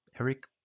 eric